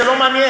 זה לא מעניין.